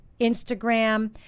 Instagram